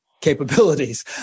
capabilities